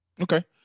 Okay